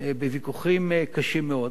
בוויכוחים קשים מאוד.